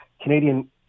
Canadian